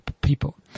people